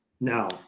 Now